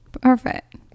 perfect